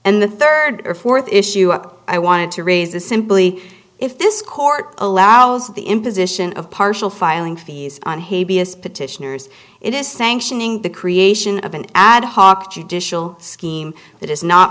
and the third or fourth issue i want to raise the simply if this court allows the imposition of partial filing fees on haiti as petitioners it is sanctioning the creation of an ad hoc judicial scheme that is not